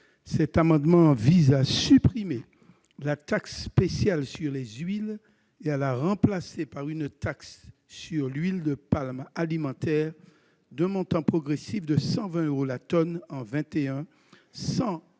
Cet amendement vise à supprimer la taxe spéciale sur les huiles et à la remplacer par une taxe sur l'huile de palme alimentaire, dont le montant augmenterait progressivement de 120 euros la tonne en 2021,